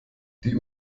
die